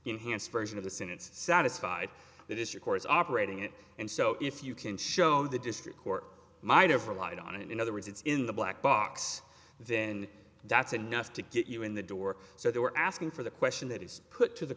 enhanced version of the sentence satisfied that it's your course operating it and so if you can show the district court might have relied on it in other words it's in the black box then that's enough to get you in the door so they were asking for the question that is put to the